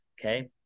okay